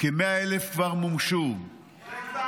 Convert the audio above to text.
כ-100,000 כבר מומשו -- איפה הצל?